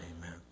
Amen